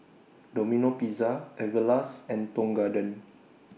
Domino Pizza Everlast and Tong Garden